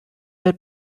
her